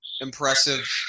impressive